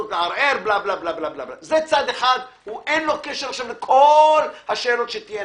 אני רוצה להתייחס, אדוני, להשבתה של כלי הרכב.